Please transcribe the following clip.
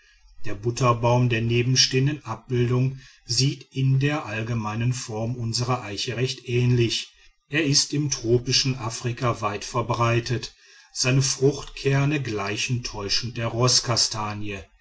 der butterbaum der nebenstehenden abbildung sieht in der allgemeinen form unserer eiche recht ähnlich er ist im tropischen afrika weitverbreitet seine fruchtkerne gleichen täuschend der